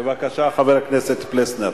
בבקשה, חבר הכנסת פלסנר.